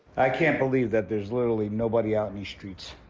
i can't believe that there's literally nobody out in these streets.